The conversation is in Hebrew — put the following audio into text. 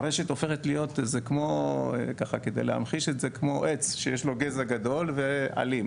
הרשת הופכת להיות כמו עץ שיש לו גזע גדול ועלים.